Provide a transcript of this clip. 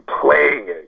playing